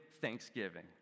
thanksgiving